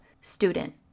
student